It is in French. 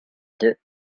deux